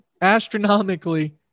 Astronomically